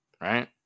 Right